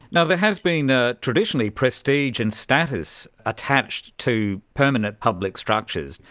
and there has been ah traditionally prestige and status attached to permanent public structures,